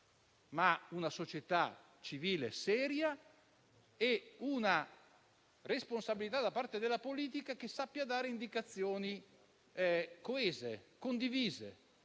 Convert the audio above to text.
una società civile seria e la responsabilità da parte di una politica che sappia dare indicazioni coese e condivise.